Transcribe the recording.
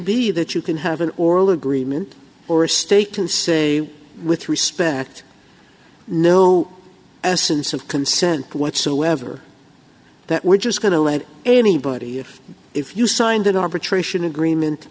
be that you can have an oral agreement or a stake in say with respect no essence of consent whatsoever that we're just going to let anybody if you signed an arbitration agreement